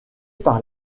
par